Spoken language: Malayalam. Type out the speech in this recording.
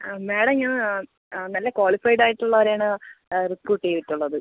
ആ മാഡം ഞാൻ ആ നല്ല ക്വാളിഫൈഡ് ആയിട്ടുള്ളവരെ ആണ് റിക്രൂട്ട് ചെയ്തിട്ടുള്ളത്